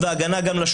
וגם אנשים מבוגרים,